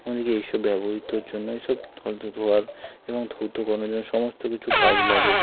আমাদেরকে এই সব ব্যবহৃতর জন্য এই সব ধোয়ার এবং ধৌতকর্মের জন্য সমস্ত কিছু কাজে লাগে